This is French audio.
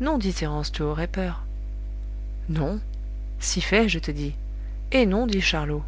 non dit thérence tu aurais peur non si fait je te dis eh non dit charlot